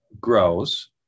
grows